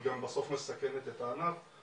גם בסוף מסכנת את הענף.